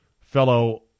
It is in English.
fellow